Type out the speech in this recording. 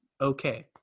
okay